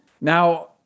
Now